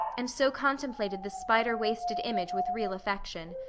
and so contemplated the spider-waisted image with real affection.